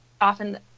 often